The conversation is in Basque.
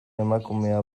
emakumea